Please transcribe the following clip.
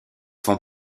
font